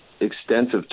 extensive